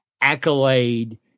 accolade